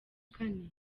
kane